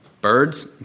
Birds